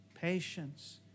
patience